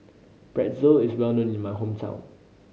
pretzel is well known in my hometown